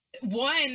one